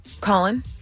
colin